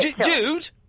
Dude